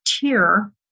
tier